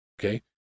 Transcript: Okay